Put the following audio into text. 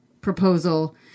proposal